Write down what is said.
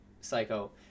psycho